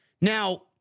Now